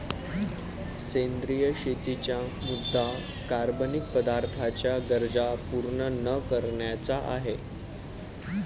सेंद्रिय शेतीचा मुद्या कार्बनिक पदार्थांच्या गरजा पूर्ण न करण्याचा आहे